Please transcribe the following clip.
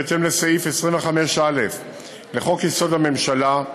בהתאם לסעיף 25(א) לחוק-יסוד: הממשלה,